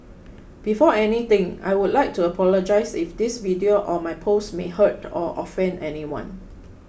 before anything I would like to apologise if this video or my post may hurt or offend anyone